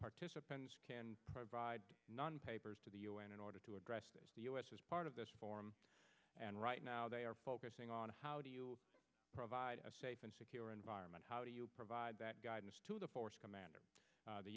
participants can provide non papers to the u n in order to address this the u s is part of this forum and right now they are focusing on how do you provide a safe and secure environment how do you provide that guidance to the force commander